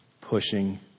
pushing